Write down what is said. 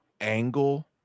angle